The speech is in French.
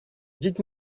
dites